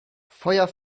feuer